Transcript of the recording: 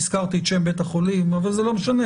הזכרתי את שם בית החולים, אבל זה לא משנה.